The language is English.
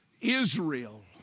Israel